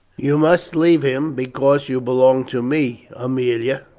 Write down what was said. you must leave him because you belong to me, aemilia,